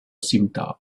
scimitar